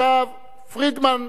פרידמן,